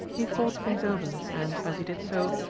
he thought things over, and, as he did so,